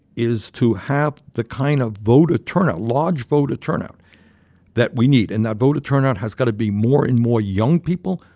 is to have the kind of voter turnout large voter turnout that we need. and that voter turnout has got to be more and more young people,